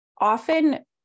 often